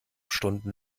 stunden